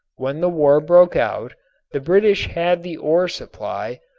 when the war broke out the british had the ore supply,